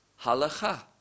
halacha